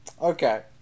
Okay